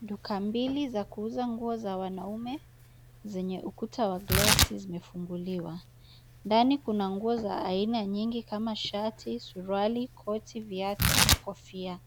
Duka mbili za kuuza nguo za wanaume, zenye ukuta wa glasi zimefunguliwa. Ndani kuna nguo za aina nyingi kama shati, suruali, koti, viatu na kofia.